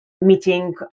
meeting